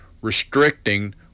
restricting